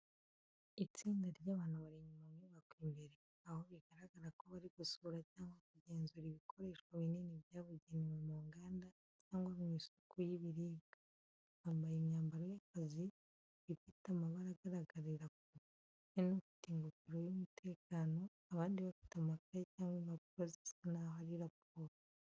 Itsinda ry’abantu bari mu nyubako imbere, aho bigaragara ko bari gusura cyangwa kugenzura ibikoresho binini byabugenewe mu nganda cyangwa mu isuku y’ibiribwa. Bambaye imyambaro y’akazi zifite amabara agaragarira kure, hari n'ufite ingofero y’umutekano, abandi bafite amakaye cyangwa impapuro zisa n’aho ari raporo.